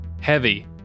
Heavy